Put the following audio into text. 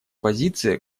позиция